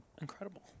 Incredible